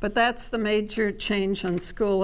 but that's the major change on school